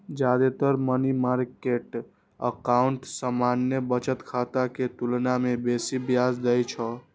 जादेतर money market account सामान्य बचत खाता के तुलना मे बेसी ब्याज दै छै